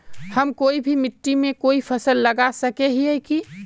हम कोई भी मिट्टी में कोई फसल लगा सके हिये की?